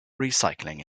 recycling